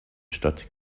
stadt